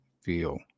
feel